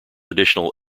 additional